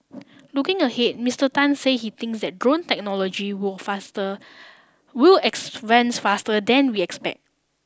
looking ahead Mister Tan say he thinks that drone technology will faster will advance faster than we expect